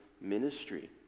ministry